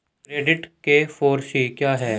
Credit के four C क्या हैं?